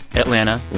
atlanta.